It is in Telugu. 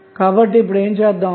కాబట్టి ఇప్పుడు ఏమి చేద్దాము